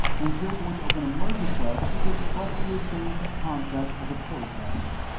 and here, we're going to open a merge request, which is roughly the same concept as a pull request.